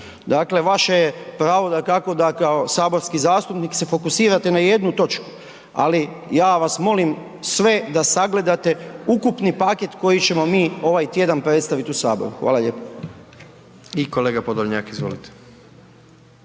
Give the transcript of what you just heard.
Dakle vaše je pravo dakako da kao saborski zastupnik se fokusirate na jednu točku ali ja vas molim sve da sagledate ukupni paket koji ćemo mi ovaj tjedan predstavit u Saboru, hvala lijepo. **Jandroković,